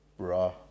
Bruh